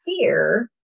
fear